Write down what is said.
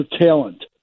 talent